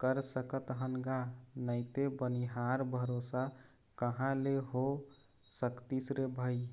कर सकत हन गा नइते बनिहार भरोसा कहाँ ले हो सकतिस रे भई